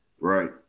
right